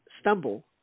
stumble